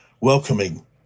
welcoming